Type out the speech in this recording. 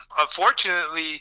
Unfortunately